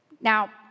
Now